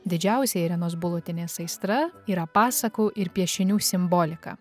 didžiausia irenos bulotienės aistra yra pasakų ir piešinių simbolika